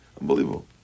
unbelievable